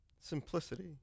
simplicity